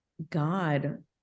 god